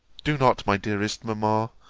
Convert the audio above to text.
do not, my dearest mamma!